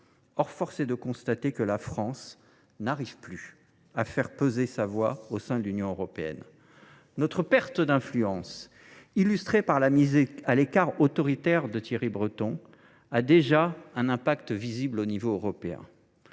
voix. Force est de constater que la France n’arrive plus à faire entendre la sienne au sein de l’Union européenne. Notre perte d’influence, illustrée par la mise à l’écart autoritaire de Thierry Breton, a déjà un effet visible à l’échelon européen.